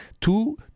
Two